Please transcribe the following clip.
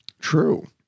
True